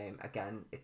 again